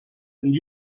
and